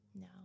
No